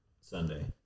Sunday